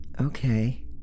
Okay